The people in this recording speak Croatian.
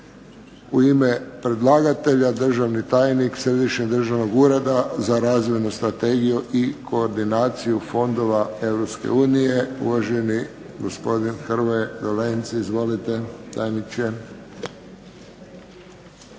U ime predlagatelja državni tajnik Središnjeg državnog ureda za razvojnu strategiju i koordinaciju fondova EU, uvaženi gospodin Hrvoje Dolenec. Izvolite, tajniče. **Dolenc, Hrvoje**